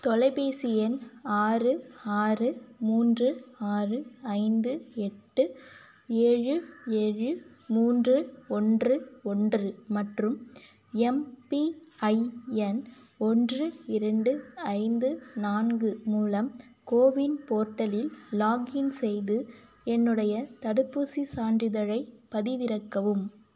தொலைபேசி எண் ஆறு ஆறு மூன்று ஆறு ஐந்து எட்டு ஏழு ஏழு மூன்று ஒன்று ஒன்று மற்றும் எம்பிஐஎன் ஒன்று இரண்டு ஐந்து நான்கு மூலம் கோவின் போர்ட்டலில் லாக்இன் செய்து என்னுடைய தடுப்பூசிச் சான்றிதழைப் பதிவிறக்கவும்